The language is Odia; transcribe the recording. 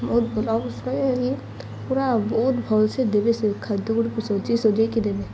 ବହୁତ ହେଇ ପୁରା ବହୁତ ଭଲ ସେ ଦେବେ ସେ ଖାଦ୍ୟ ଗୁଡ଼ିକୁ ସଜାଇ ସଜାଇକି ଦେବେ